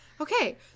Okay